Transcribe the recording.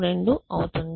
32 అవుతుంది